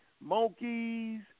monkeys